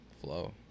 Flow